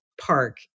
Park